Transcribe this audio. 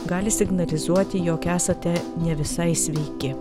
gali signalizuoti jog esate ne visai sveiki